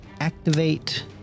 activate